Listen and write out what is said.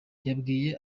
yabwiye